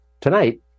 Tonight